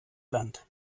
land